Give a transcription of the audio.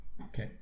okay